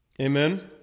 Amen